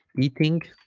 eating